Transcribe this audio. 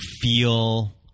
feel